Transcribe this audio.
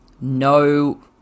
no –